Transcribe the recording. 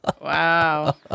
Wow